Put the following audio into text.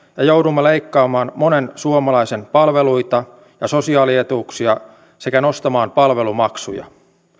ja joudumme leikkaamaan monen suomalaisen palveluita ja sosiaalietuuksia sekä nostamaan palvelumaksuja